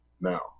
now